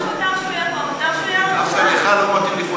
מותר לי להעלות.